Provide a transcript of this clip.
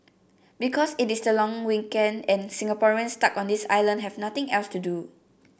because it is the long weekend and Singaporeans stuck on this island have nothing else to do